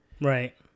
Right